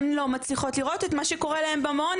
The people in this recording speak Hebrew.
הן לא מצליחות לראות את מה שקורה להן במעון,